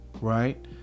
right